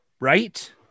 right